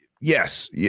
yes